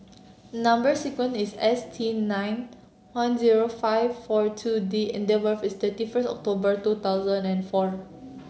number sequence is S T nine one zero five four two D and date of birth is thirty first October two thousand and four